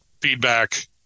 feedback